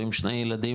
או עם שני ילדים,